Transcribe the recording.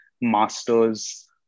master's